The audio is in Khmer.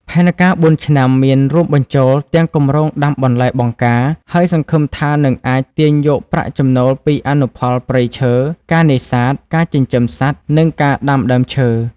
ផែនការបួនឆ្នាំមានរួមបញ្ចូលទាំងគម្រោងដាំបន្លែបង្ការ ហើយសង្ឃឹមថានឹងអាចទាញយកប្រាក់ចំណូលពីអនុផល ព្រៃឈើ ការនេសាទ ការចិញ្ចឹមសត្វ និងការដាំដើមឈើ។